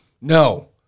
No